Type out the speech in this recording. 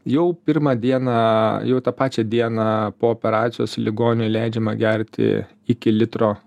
jau pirmą dieną jau tą pačią dieną po operacijos ligoniui leidžiama gerti iki litro